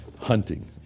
hunting